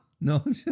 no